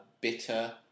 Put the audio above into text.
bitter